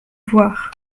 voir